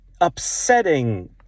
upsetting